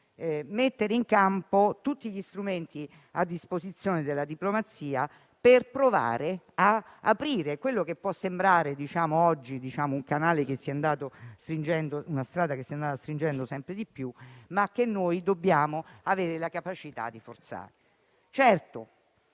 mettere in campo tutti gli strumenti a disposizione della diplomazia per provare ad aprire quella che può sembrare una strada che si è andata stringendo sempre di più, ma che noi dobbiamo avere la capacità di forzare.